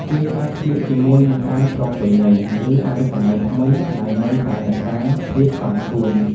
គេអាចស្លៀកជាមួយនឹងអាវប្រពៃណី ឬអាវសម័យថ្មីដែលនៅតែរក្សាភាពសមសួន។